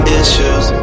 issues